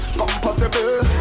compatible